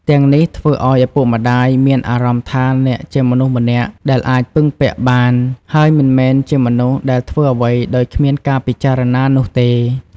ទាំងនេះធ្វើឲ្យឪពុកម្ដាយមានអារម្មណ៍ថាអ្នកជាមនុស្សម្នាក់ដែលអាចពឹងពាក់បាន ហើយមិនមែនជាមនុស្សដែលធ្វើអ្វីដោយគ្មានការពិចារណានោះទេ។